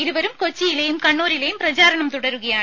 ഇരുവരും കൊച്ചിയിലെയും കണ്ണൂരിലെയും പ്രചാരണം തുടരുകയാണ്